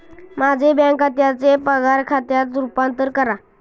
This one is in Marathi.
माझे बँक खात्याचे पगार खात्यात रूपांतर करा